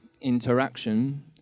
interaction